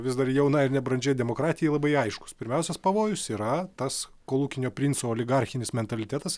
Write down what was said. vis dar jaunai ir nebrandžiai demokratijai labai aiškūs pirmiausias pavojus yra tas kolūkinio princo oligarchinis mentalitetas